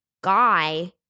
guy